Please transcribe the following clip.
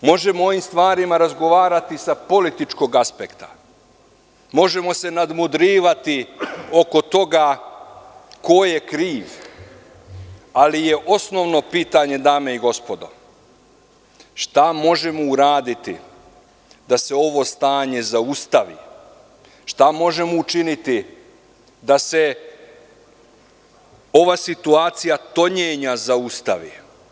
Možemo o ovim stvarima razgovarati sa političkog aspekta, možemo se nadmudrivati oko toga ko je kriv, ali je osnovno pitanje, dame i gospodo, šta možemo uraditi da se ovo stanje zaustavi, šta možemo učiniti da se ova situacija tonjenja zaustavi?